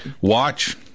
watch